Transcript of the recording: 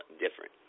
different